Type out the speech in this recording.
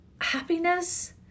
happiness